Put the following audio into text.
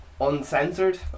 uncensored